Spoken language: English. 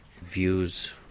views